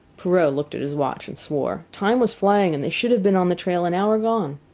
perrault looked at his watch and swore. time was flying, and they should have been on the trail an hour gone.